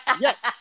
Yes